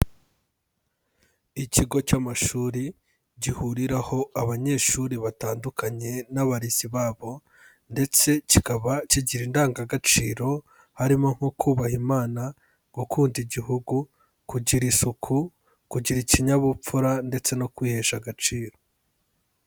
Ikigo cy'amashuri gihuriraho abanyeshuri batandukanye n'abarezi babo ndetse kikaba kigira indangagaciro, harimo nko kubaha Imana, gukunda igihugu, kugira isuku, kugira ikinyabupfura ndetse no kwihesha agaciro.